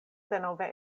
denove